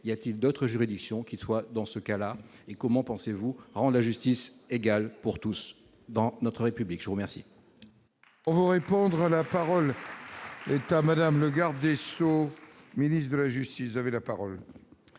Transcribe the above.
y a-t-il d'autres juridictions qui soit dans ce cas-là, et comment pensez-vous en la justice égale pour tous dans notre République, je remercie.